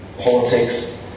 politics